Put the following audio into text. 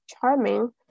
charming